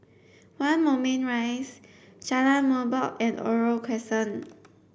One Moulmein Rise Jalan Merbok and Oriole Crescent